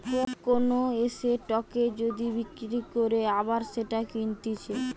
কোন এসেটকে যদি বিক্রি করে আবার সেটা কিনতেছে